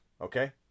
Okay